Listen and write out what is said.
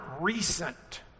recent